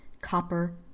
copper